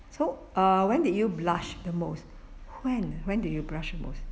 so err when did you blush the most when when did you blush the most